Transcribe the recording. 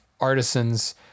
artisans